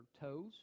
toes